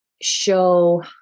Show